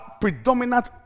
predominant